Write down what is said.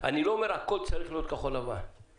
אני לא אומר שהכל צריך להיות כחול לבן,